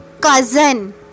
cousin